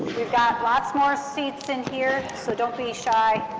we've got lots more seats in here, so don't be shy.